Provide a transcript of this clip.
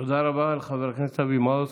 תודה רבה לחבר הכנסת אבי מעוז.